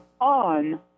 on